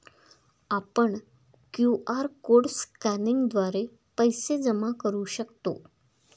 आपण QR code स्कॅनिंगद्वारे पैसे जमा करू शकतो